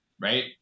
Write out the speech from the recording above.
right